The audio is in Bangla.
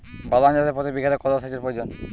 বাদাম চাষে প্রতি বিঘাতে কত সেচের প্রয়োজন?